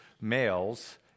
males